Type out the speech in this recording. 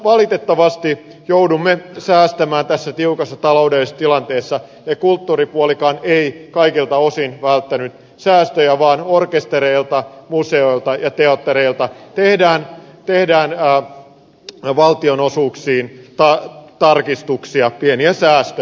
valitettavasti joudumme säästämään tässä tiukassa taloudellisessa tilanteessa ja kulttuuripuolikaan ei kaikilta osin välttänyt säästöjä vaan orkestereille museoille ja teattereille tehdään valtionosuuksiin tarkistuksia pieniä säästöjä